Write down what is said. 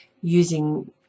using